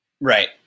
Right